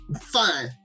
Fine